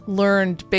learned